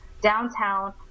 downtown